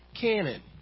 Canon